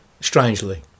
strangely